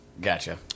Gotcha